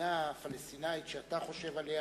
המדינה הפלסטינית שאתה חושב עליה